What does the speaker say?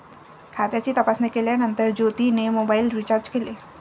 खात्याची तपासणी केल्यानंतर ज्योतीने मोबाइल रीचार्ज केले